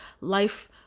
life